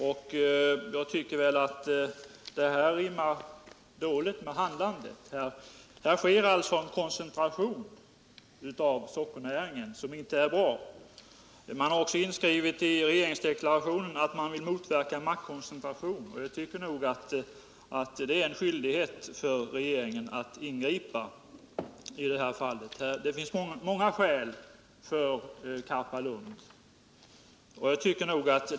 Jag tycker att det rimmar dåligt med handlandet i detta fall. Här sker Nr 157 alltså en koncentration av sockernäringen, som inte är bra. Tisdagen den Det står också inskrivet i regeringsdeklarationen att man vill motverka 30 maj 1978 maktkoncentration. Aven mot den bakgrunden tycker jag att det föreligger skyldighet för regeringen att ingripa i det här fallet. Det finns många skäl för Om tidpunkter för ett bibehållande av sockerbruket i Karpalund.